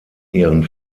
ihren